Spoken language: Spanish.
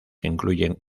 incluyen